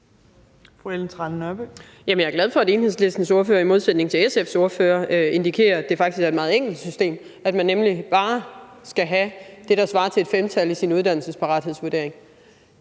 ordfører i modsætning til SF's ordfører indikerer, at det faktisk vil være et meget enkelt system; at man nemlig bare skal have det, der svarer til et femtal, i sin uddannelsesparathedsvurdering.